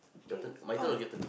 your turn my turn or your turn